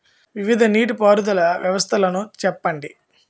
వివిధ నీటి పారుదల వ్యవస్థలను చెప్పండి?